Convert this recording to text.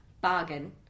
Bargain